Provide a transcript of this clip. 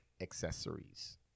accessories